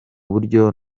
buryo